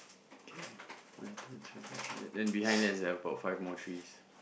okay one two three four five then behind there's about five more trees